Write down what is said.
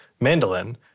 mandolin